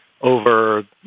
over